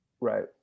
right